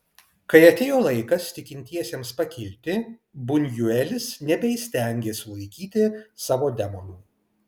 kai atėjo laikas tikintiesiems pakilti bunjuelis nebeįstengė sulaikyti savo demonų